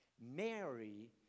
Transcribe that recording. Mary